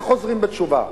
איך חוזרים בתשובה?